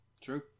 True